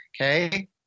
Okay